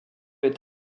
est